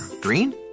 green